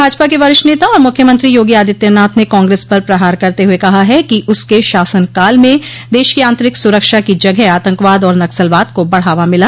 भाजपा के वरिष्ठ नेता और मुख्यमंत्री योगी आदित्यनाथ ने कांग्रेस पर प्रहार करते हुए कहा है कि उसके शासनकाल में देश की आंतरिक सुरक्षा की जगह आतंकवाद और नक्सलवाद को बढ़ावा मिला